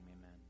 Amen